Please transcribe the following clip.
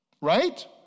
right